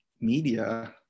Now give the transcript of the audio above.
media